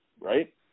right